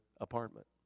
apartment